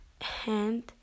hand